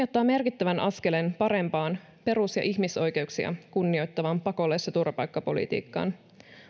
ottaa merkittävän askeleen parempaan perus ja ihmisoikeuksia kunnioittavaan pakolais ja turvapaikkapolitiikkaan